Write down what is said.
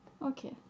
Okay